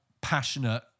passionate